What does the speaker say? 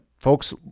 folks